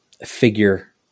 figure